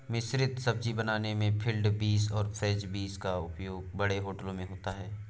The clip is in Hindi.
मिश्रित सब्जी बनाने में फील्ड बींस और फ्रेंच बींस का उपयोग बड़े होटलों में होता है